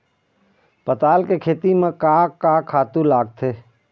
पताल के खेती म का का खातू लागथे?